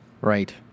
Right